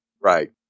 Right